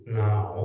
now